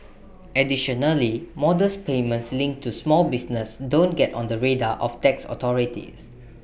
additionally modest payments linked to small business don't get on the radar of tax authorities